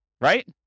right